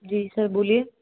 जी sir बोलिए